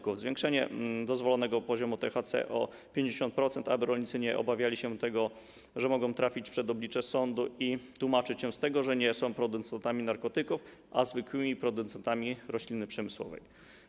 Chodzi o zwiększenie dozwolonego poziomu THC o 50%, aby rolnicy nie obawiali się tego, że mogą trafić przed oblicze sądu i będą musieli tłumaczyć, że nie są producentami narkotyków, a zwykłymi producentami rośliny przemysłowej.